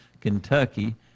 Kentucky